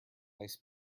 nice